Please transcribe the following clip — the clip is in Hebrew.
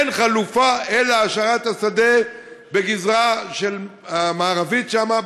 אין חלופה אלא השארת השדה בגזרה המערבית שם,